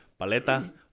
Paleta